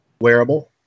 Wearable